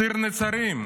ציר נצרים.